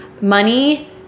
money